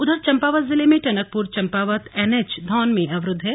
उधर चंपावत जिले में टनकपुर चंपावत एनएच धौन में अवरुद्ध है